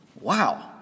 Wow